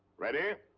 ready?